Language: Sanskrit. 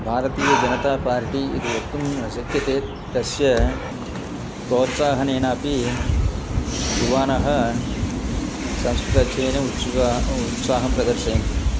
भारतीय जनता पार्टि इति वक्तुं न शक्यते तस्य प्रेत्साहनेनापि युवानः संस्कृताध्ययने उत्सुकाः उत्साहं प्रदर्शयन्ति